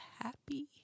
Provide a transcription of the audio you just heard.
happy